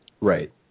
Right